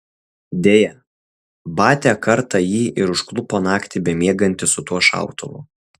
deja batia kartą jį ir užklupo naktį bemiegantį su tuo šautuvu